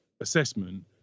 assessment